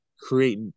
create